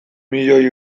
milioi